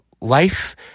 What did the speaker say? life